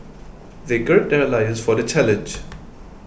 they gird their loins for the challenge